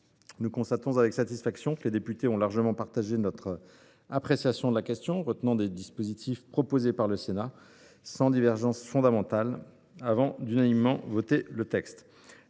Nous constatons avec satisfaction que les députés ont largement partagé notre appréciation de la question, retenant des dispositifs proposés par le Sénat, sans divergences fondamentales, avant d’unanimement voter le texte.